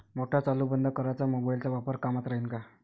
Motor चालू बंद कराच मोबाईलचा वापर कामाचा राहीन का?